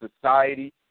society